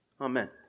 Amen